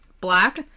black